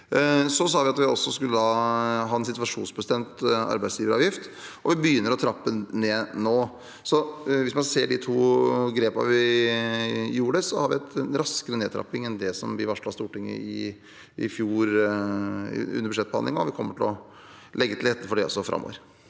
sa vi at vi også skulle ha en situasjonsbestemt arbeidsgiveravgift, og vi begynner å trappe den ned nå. Hvis man ser på de to grepene vi gjorde, har vi en raskere nedtrapping enn det vi varslet Stortinget om under budsjettbehandlingen i fjor, og vi kommer til å legge til rette for det framover